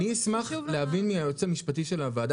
אני אשמח להבין מהיועץ המשפטי של הוועדה,